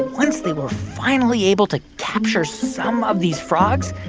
once they were finally able to capture some of these frogs,